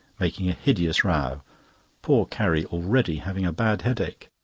making a hideous row poor carrie already having a bad head-ache.